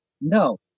No